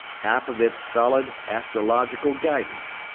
half of it's solid astrological guidance.